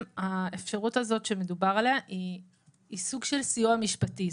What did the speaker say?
האפשרות הזאת שמדובר עליה היא סוג של סיוע משפטי.